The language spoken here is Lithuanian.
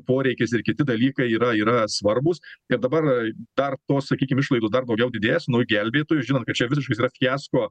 poreikis ir kiti dalykai yra yra svarbūs kad dabar dar tos sakykim išlaidosdar daugiau didės nu gelbėtojų žinant kad čia visiškas yra fiasko